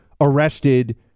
arrested